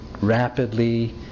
rapidly